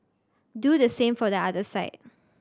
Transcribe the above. do the same for the other side